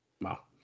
wow